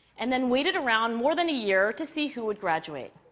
and then waited around more than a year to see who would graduate.